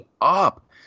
up